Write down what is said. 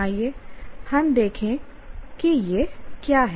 आइए हम देखें कि यह क्या है